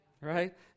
Right